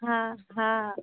हँ हँ